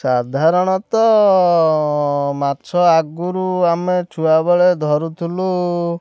ସାଧାରଣତଃ ମାଛ ଆଗୁରୁ ଆମେ ଛୁଆ ବେଳେ ଧରୁଥିଲୁ